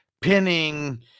pinning